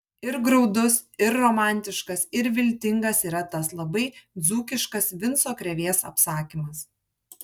ir graudus ir romantiškas ir viltingas yra tas labai dzūkiškas vinco krėvės apsakymas